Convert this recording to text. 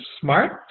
smart